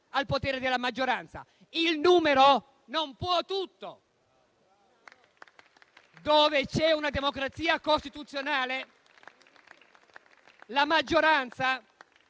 al potere della maggioranza: il numero non può tutto. Dove c'è una democrazia costituzionale la maggioranza